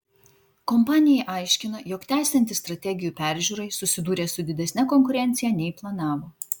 kompanija aiškina jog tęsiantis strategijų peržiūrai susidūrė su didesne konkurencija nei planavo